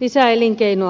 lisää elinkeinoa